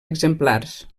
exemplars